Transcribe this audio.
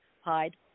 hide